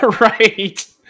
Right